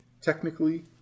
Technically